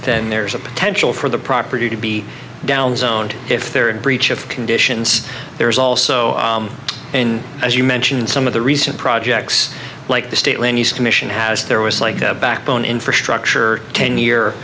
then there's a potential for the property to be down zoned if they're in breach of conditions there's also and as you mentioned some of the recent projects like the state land use commission as there was like the backbone infrastructure ten year